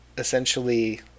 essentially